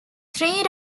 three